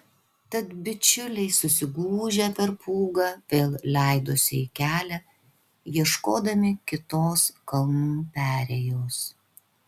tad bičiuliai susigūžę per pūgą vėl leidosi į kelią ieškodami kitos kalnų perėjos